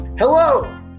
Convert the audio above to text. hello